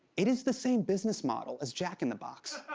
it is the same business model as jack in the box.